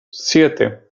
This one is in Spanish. siete